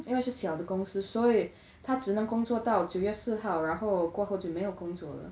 因为是小的公司所以他只能工作到九月四号然后过后就没有工作了